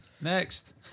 Next